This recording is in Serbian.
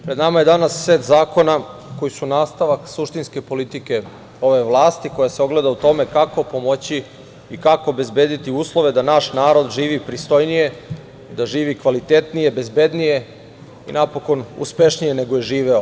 Pred nama je danas set zakona koji su nastavak suštinske politike ove vlasti koja se ogleda u tome kako pomoći i kako obezbediti uslove da naš narod živi pristojnije, da živi kvalitetnije, bezbednije i napokon, uspešnije nego što je živeo.